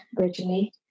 originally